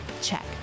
Check